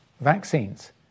vaccines